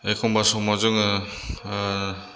एखनबा समाव जोङो